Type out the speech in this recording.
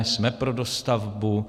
Jsme pro dostavbu.